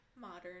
modern